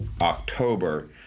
October